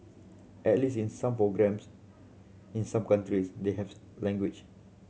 at least in some programmes in some countries they have language